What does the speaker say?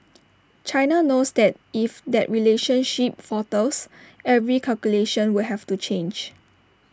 China knows that if that relationship falters every calculation will have to change